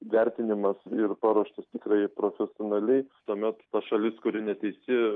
vertinimas ir paruoštos tikrai profesionaliai tuomet ta šalis kuri neteisi